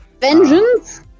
Vengeance